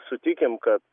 sutikim kad